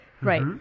Right